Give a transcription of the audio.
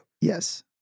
yes